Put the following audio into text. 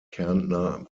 kärntner